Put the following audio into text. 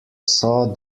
saw